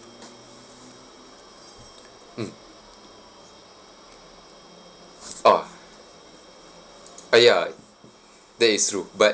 mm ah ah ya that is true but